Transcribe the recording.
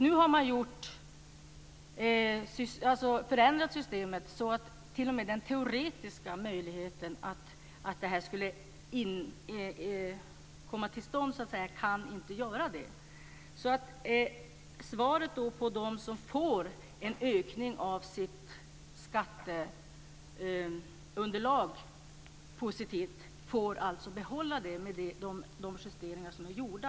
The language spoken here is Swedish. Nu har man förändrat systemet så att t.o.m. den teoretiska möjligheten att detta skulle komma till stånd har försvunnit. Svaret på frågan om de kommuner som får en ökning av sitt skatteunderlag är alltså att de får behålla denna ökning med de justeringar som är gjorda.